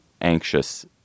anxious